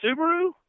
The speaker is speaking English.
Subaru